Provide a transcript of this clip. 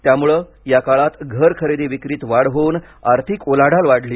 त्यामुळे याकाळात घर खरेदी विक्रीत वाढ होऊन आर्थिक उलाढाल वाढली